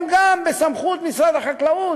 הם גם בסמכות משרד החקלאות.